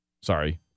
Sorry